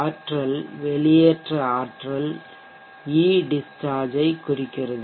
ஆற்றல் வெளியேற்ற ஆற்றல் இடிஷ்சார்ஜ் ஐ குறிக்கிறது